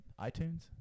iTunes